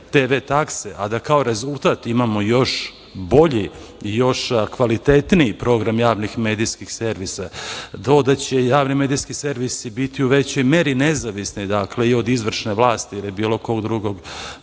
TV takse, a da kao rezultat imamo još bolji i još kvalitetniji program javnih medijskih servisa, to da će javni medijski servisi biti u većoj meri nezavisni i od izvršne vlasti ili bilo kog drugog